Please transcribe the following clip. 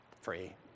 free